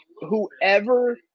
whoever